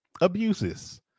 abuses